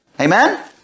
Amen